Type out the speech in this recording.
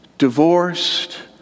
divorced